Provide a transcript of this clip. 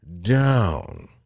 down